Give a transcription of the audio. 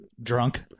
drunk